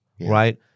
right